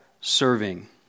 serving